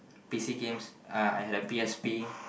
P_C games uh I had a P_S_P